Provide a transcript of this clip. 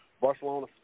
Barcelona